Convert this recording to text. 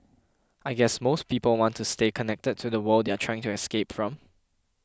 I guess most people want to stay connected to the world they are trying to escape from